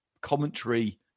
commentary